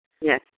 Yes